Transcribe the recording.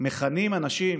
מכנים אנשים